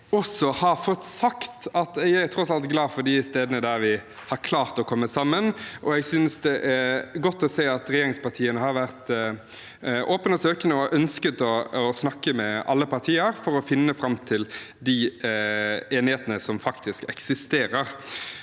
alt er glad for de områdene der vi har klart å komme sammen. Jeg synes det er godt å se at regjeringspartiene har vært åpne og søkende og har ønsket å snakke med alle partier for å finne fram til de enighetene som faktisk eksisterer.